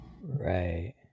Right